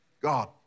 God